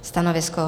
Stanovisko?